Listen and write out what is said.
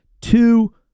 two